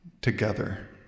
together